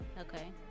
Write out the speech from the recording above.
Okay